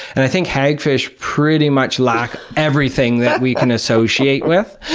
and i think hagfish pretty much lack everything that we can associate with.